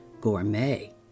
gourmet